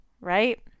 right